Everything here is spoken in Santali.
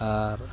ᱟᱨ